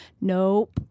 nope